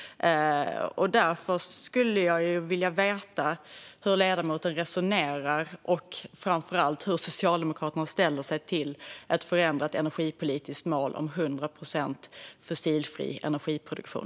Därför skulle jag vilja veta hur ledamoten resonerar och framför allt hur Socialdemokraterna ställer sig till ett ändrat energipolitiskt mål om 100 procent fossilfri energiproduktion.